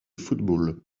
football